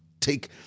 take